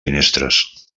finestres